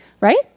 right